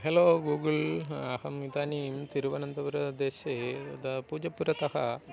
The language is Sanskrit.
हलो गूगुल् अहम् इदानीं तिरुवनन्तपुरदेशे तदा पूजपुरतः